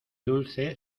dulce